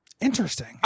Interesting